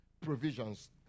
provisions